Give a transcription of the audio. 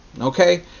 okay